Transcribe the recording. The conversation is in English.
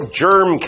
germ